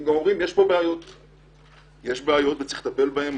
הם אומרים שיש פה בעיות וצריך לטפל בהם,